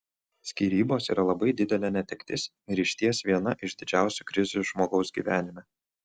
skyrybos yra labai didelė netektis ir išties viena iš didžiausių krizių žmogaus gyvenime